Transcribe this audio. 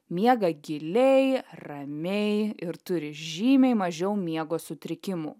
miega giliai ramiai ir turi žymiai mažiau miego sutrikimų